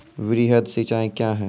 वृहद सिंचाई कया हैं?